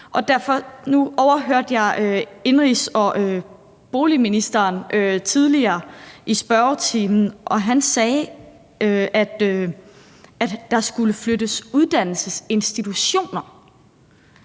nu overhørte jeg indenrigs- og boligministeren i spørgetiden tidligere, og han sagde, at der skulle flyttes uddannelsesinstitutioner.